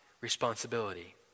responsibility